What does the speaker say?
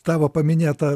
tavo paminėta